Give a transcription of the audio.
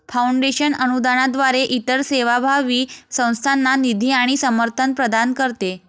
foundation अनुदानाद्वारे इतर सेवाभावी संस्थांना निधी आणि समर्थन प्रदान करते